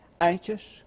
anxious